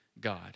God